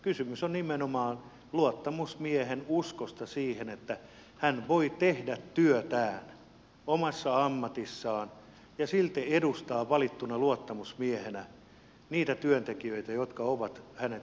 kysymys on nimenomaan luottamusmiehen uskosta siihen että hän voi tehdä työtään omassa ammatissaan ja silti edustaa valittuna luottamusmiehenä niitä työntekijöitä jotka ovat hänet siihen asemaan äänestäneet